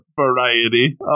variety